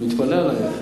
אני מתפלא עלייך.